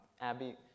abby